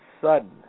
sudden